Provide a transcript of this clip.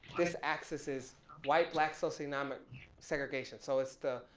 this axis is white, black socioeconomic segregation so, it's the